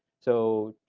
so